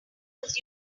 was